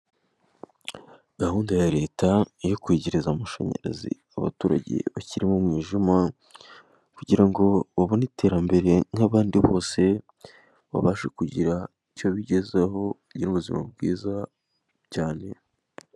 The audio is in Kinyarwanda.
Gahunda ya leta iyo kwegereza amashanyarazi abaturage bakiri mu mwijima, kugira ngo babone iterambere nk'abandi bose, babashe kugira icyo bigezaho bagire ubuzima bwiza cyane.